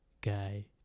guy